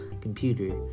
computer